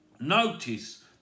notice